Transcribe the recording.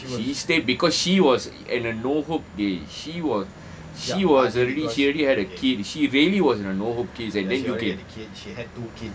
she stayed because she was in a no hope eh she wa~ she was already she already had a kid she really was in a no hope case and then she had